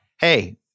Hey